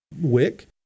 wick